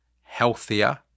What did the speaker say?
healthier